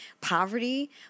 poverty